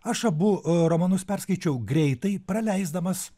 aš abu u romanus perskaičiau greitai praleisdamas